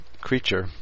creature